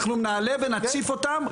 אנחנו נעלה ונציף אותם,